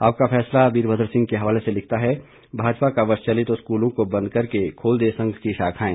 आपका फैसला वीरभद्र सिंह के हवाले से लिखता है भाजपा का वश चले तो स्कूलों को बंद करके खोल दे संघ की शाखाएं